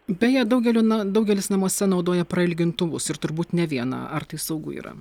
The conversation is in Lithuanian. beje daugeliui na daugelis namuose naudoja prailgintuvus ir turbūt ne vieną ar tai saugu yra